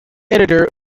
editor